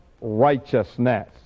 righteousness